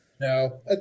no